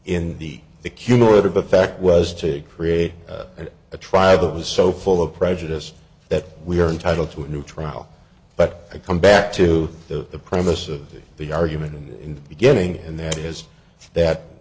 the the cumulative effect was to create a tribe that was so full of prejudice that we are entitled to a new trial but i come back to the premise of the argument in the beginning and that that